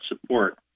support